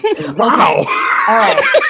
Wow